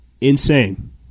Insane